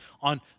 on